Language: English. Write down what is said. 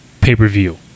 pay-per-view